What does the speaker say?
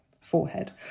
forehead